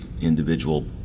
individual